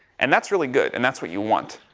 and that's really good, and that's what you want,